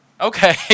Okay